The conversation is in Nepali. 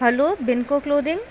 हेलो बेन्को क्लोदिङ